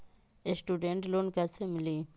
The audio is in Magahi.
स्टूडेंट लोन कैसे मिली?